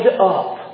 up